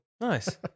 Nice